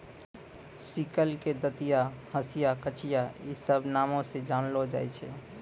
sickle के दंतिया, हंसिया, कचिया इ सभ नामो से जानलो जाय छै